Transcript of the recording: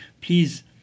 please